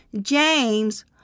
James